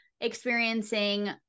experiencing